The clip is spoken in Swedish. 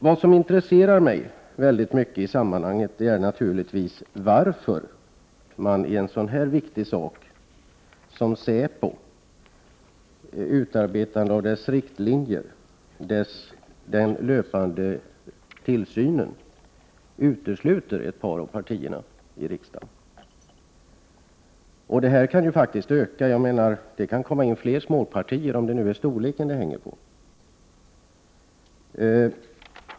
Vad som intresserar mig mycket i sammanhanget är naturligtvis varför man i en så viktig fråga som riktlinjer för säpo och den löpande tillsynen av Prot. 1988/89:120 säpo utesluter ett par av partierna i riksdagen. Det här problemet kan komma 24 maj 1989 att öka. Vi kan ju få fler småpartier, om det nu är storleken det hänger på.